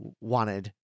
wanted